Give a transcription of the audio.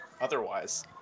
otherwise